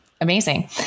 amazing